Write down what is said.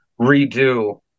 redo